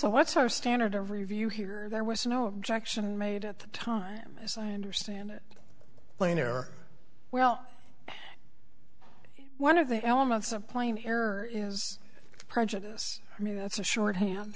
also what's our standard of review here and there was no objection made at the time as i understand it plainer well one of the elements of plane error is prejudice i mean that's a shorthand